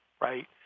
right